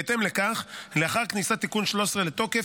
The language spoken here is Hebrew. בהתאם לכך לאחר כניסת תיקון 13 לתוקף,